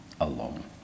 alone